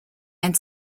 and